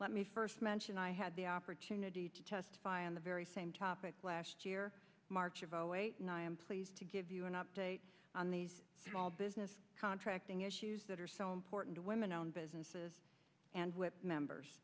let me first mention i had the opportunity to testify on the very same topic last year march of zero eight and i am pleased to give you an update on the small business contracting issues that are so important to women owned businesses and with members